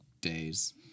days